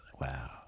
wow